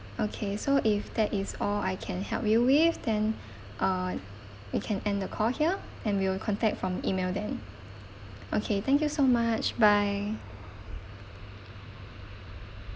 okay so if that is all I can help you with then err we can end the call here and we'll contact from E-mail then okay thank you so much bye